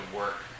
work